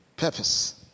Purpose